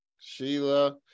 Sheila